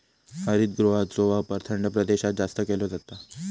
हरितगृहाचो वापर थंड प्रदेशात जास्त केलो जाता